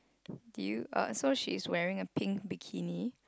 did you uh so she is wearing a pink bikini